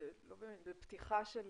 בפתיחה של